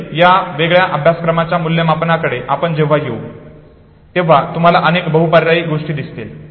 जसे या वेगळ्या अभ्यासक्रमाच्या मुल्यामापानाकडे आपण जेव्हा येऊ तेव्हा तुम्हाला अनेक बहुपर्यायी गोष्टी दिसतील